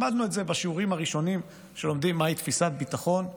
למדנו את זה בשיעורים הראשונים שלומדים מהי תפיסת ביטחון,